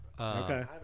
Okay